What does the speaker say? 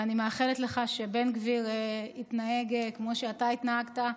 ואני מאחלת לך שבן גביר יתנהג כמו שאתה התנהגת.